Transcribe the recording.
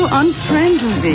unfriendly